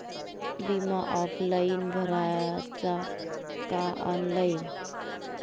बिमा ऑफलाईन भराचा का ऑनलाईन?